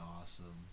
awesome